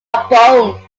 trombone